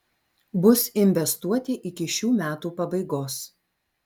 bus investuoti iki šių metų pabaigos